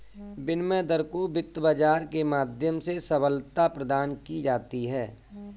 विनिमय दर को वित्त बाजार के माध्यम से सबलता प्रदान की जाती है